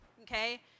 okay